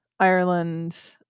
Ireland